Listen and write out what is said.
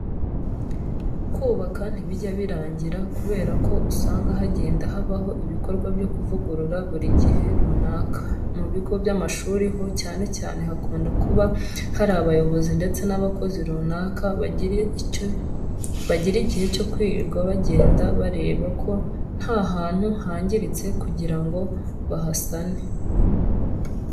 Kubaka ntibijya birangira kubera ko usanga hagenda habaho ibikorwa byo kuvugurura buri gihe runaka. Mu bigo by'amashuri ho cyane cyane hakunda kuba hari abayobozi ndetse n'abakozi runaka bagira igihe cyo kwirirwa bagenda bareba ko nta hantu hangiritse kugira ngo bahasane.